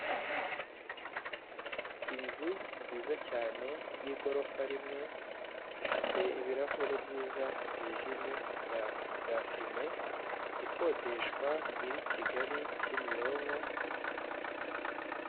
Inzu nziza cyane yigorofa rimwe ifite ibirahure byiza byijimye bya byafIme ikodeshwa iri Kigali kimironko.